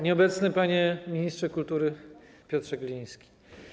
Nieobecny Panie Ministrze Kultury Piotrze Gliński!